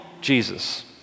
Jesus